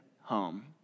home